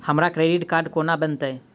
हमरा credit card कोना बनतै?